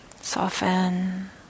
soften